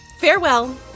Farewell